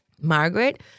Margaret